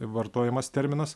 vartojamas terminas